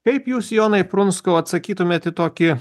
kaip jūs jonai prunckau atsakytumėt į tokį